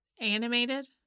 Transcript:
Animated